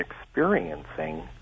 experiencing